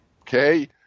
okay